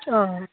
অঁ